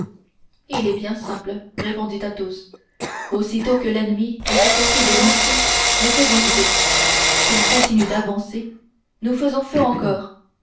il est bien simple répondit athos aussitôt que l'ennemi est à portée de mousquet nous faisons feu s'il continue d'avancer nous faisons feu encore